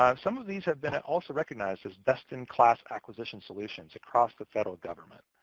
um some of these have been also recognized as best-in-class acquisition solutions across the federal government.